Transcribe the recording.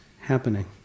happening